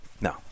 No